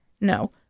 No